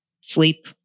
sleep